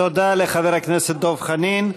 תודה לחבר הכנסת דב חנין.